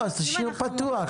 אז תשאיר פתוח.